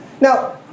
Now